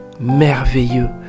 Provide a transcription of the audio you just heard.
merveilleux